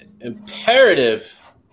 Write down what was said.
imperative